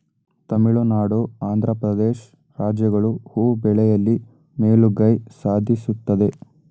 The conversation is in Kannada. ತಮಿಳುನಾಡು, ಆಂಧ್ರ ಪ್ರದೇಶ್ ರಾಜ್ಯಗಳು ಹೂ ಬೆಳೆಯಲಿ ಮೇಲುಗೈ ಸಾಧಿಸುತ್ತದೆ